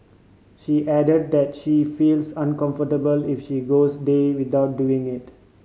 she added that she feels uncomfortable if she goes day without doing it